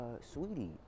sweetie